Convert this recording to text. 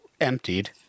emptied